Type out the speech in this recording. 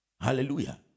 Hallelujah